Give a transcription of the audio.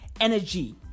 energy